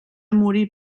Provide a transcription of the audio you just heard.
morir